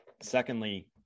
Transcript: secondly